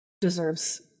deserves